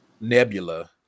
nebula